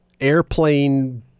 airplane